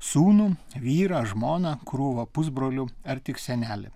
sūnų vyrą žmoną krūvą pusbrolių ar tik senelį